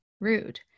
rude